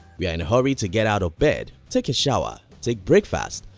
we are in a hurry to get out of bed, take a shower, take breakfast,